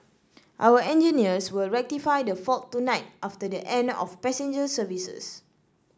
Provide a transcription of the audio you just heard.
our engineers will rectify the fault tonight after the end of passenger services